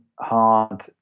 hard